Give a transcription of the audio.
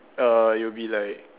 uh you'll be like